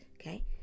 okay